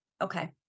Okay